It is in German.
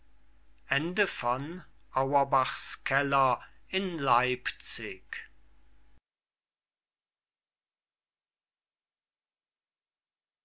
auerbachs keller in leipzig